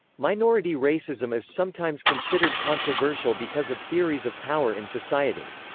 minority racism is sometimes considered controversial because of theories of power in society.